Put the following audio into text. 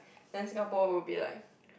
then Singapore would be like